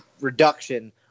reduction